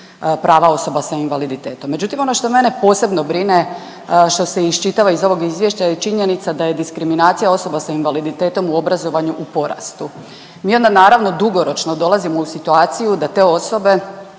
prava osoba s invaliditetom. Međutim, ono što mene posebno brine što se iščitava iz ovog izvješća je činjenica da je diskriminacija osoba s invaliditetom u obrazovanju u porastu. Mi onda naravno dugoročno dolazimo u situaciju da te osobe